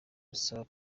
busaba